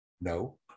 No